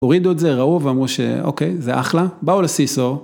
הורידו את זה, ראו ואמרו ש... אוקיי, זה אחלה. באו לסיסור.